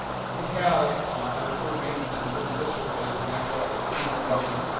we have a deferred maintenance within the district that is in excess of two hundred million.